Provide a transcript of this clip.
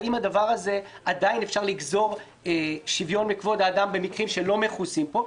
האם עדיין אפשר לגזור שוויון מכבוד האדם במקרים שלא מכוסים פה?